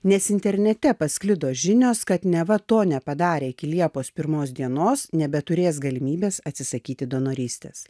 nes internete pasklido žinios kad neva to nepadarė iki liepos pirmos dienos nebeturės galimybės atsisakyti donorystės